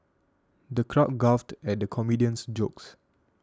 the crowd guffawed at the comedian's jokes